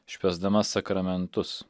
švęsdama sakramentus